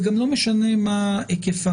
זה גם לא משנה מה היקפה